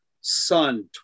son